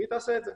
והיא תעשה את זה.